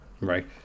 Right